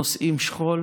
נושאים שכול: